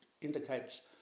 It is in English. indicates